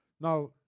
Now